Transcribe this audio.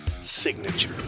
signature